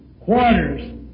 quarters